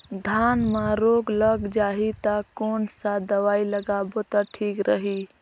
धान म रोग लग जाही ता कोन सा दवाई लगाबो ता ठीक रही?